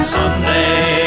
Sunday